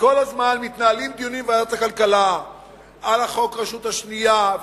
וכל הזמן מתנהלים דיונים בוועדת הכלכלה על חוק הרשות השנייה,